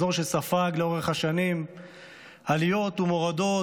אזור שספג לאורך השנים עליות ומורדות,